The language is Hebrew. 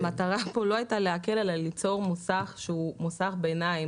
המטרה כאן לא הייתה להקל אלא ליצור מוסך שהוא מוסך ביניים,